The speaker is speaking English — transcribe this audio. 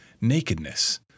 nakedness